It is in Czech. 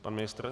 Pan ministr?